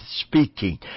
speaking